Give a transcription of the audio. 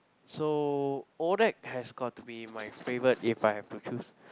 so odac has got to be my favorite if I have to choose